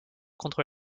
contre